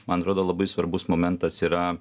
man atrodo labai svarbus momentas yra